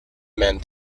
mean